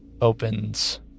opens